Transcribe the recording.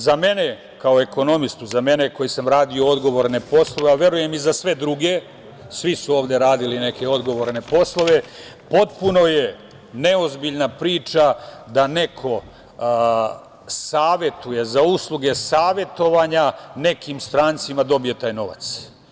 Za mene kao ekonomistu, za mene koji sam radio odgovorne poslove, a verujem i za sve druge, svi su ovde radili neke odgovorne poslove, potpuno je neozbiljna priča da neko savetuje, za usluge savetovanja nekim strancima dobije taj novac.